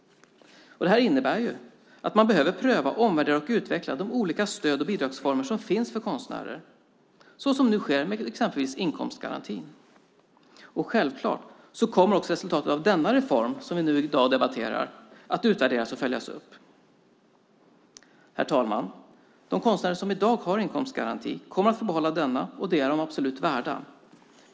Det innebär att man behöver pröva, omvärdera och utveckla de olika stöd och bidragsformer som finns för konstnärer, vilket nu sker med exempelvis inkomstgarantin. Självklart kommer också resultatet av den reform som vi i dag debatterar att utvärderas och följas upp. Herr talman! De konstnärer som i dag har inkomstgaranti kommer att få behålla denna. Det är de absolut värda.